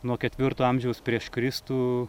nuo ketvirto amžiaus prieš kristų